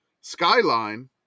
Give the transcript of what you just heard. Skyline